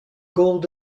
gold